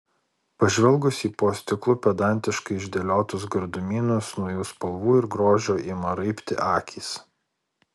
pažvelgus į po stiklu pedantiškai išdėliotus gardumynus nuo jų spalvų ir grožio ima raibti akys